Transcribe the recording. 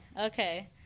okay